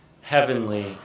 heavenly